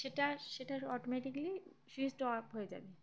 সেটা সেটার অটোমেটিকলি সুইচটা অফ হয়ে যাবে